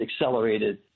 accelerated